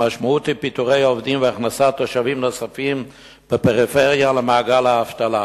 המשמעות היא פיטורי עובדים והכנסת תושבים נוספים בפריפריה למעגל האבטלה.